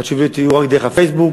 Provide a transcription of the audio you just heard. שהתשובות יהיו רק דרך הפייסבוק.